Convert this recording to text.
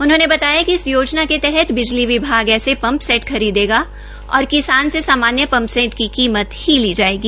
उन्होनें बताया कि इस योजना के तहत बिजली विभाग ऐसे पंप सेट खरीदेगा और किसान से सामान्य पंप सैट की कीमत ही ली जायेगी